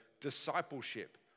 discipleship